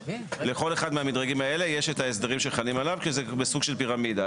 לכל אחד מהמדרגים האלה יש את ההסדרים שחלים עליו כי זה בסוג של פירמידה.